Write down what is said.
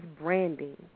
branding